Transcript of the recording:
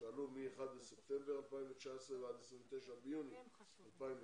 שעלו מ-1 בספטמבר 2019 ועד 29 ביוני 2020,